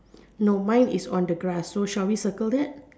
no mine is on the grass so shall we circle that